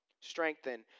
strengthen